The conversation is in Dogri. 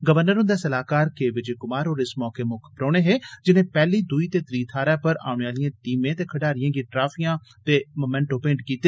गवर्नर हुंदे सलाहकार के विजय कुमार होर इस मौके मुक्ख परौह्न हे जिनें पैह्ली दूई ते त्री थाहरै पर औने आलिएं टीमें ते खडारिएं गी ट्राफियां ते ममेंटो मेंट कीते